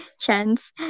chance